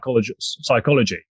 psychology